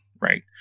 right